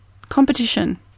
competition